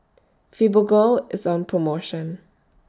Fibogel IS on promotion